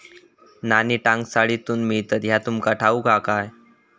नाणी टांकसाळीतसून मिळतत ह्या तुमका ठाऊक हा काय